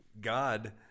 God